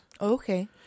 okay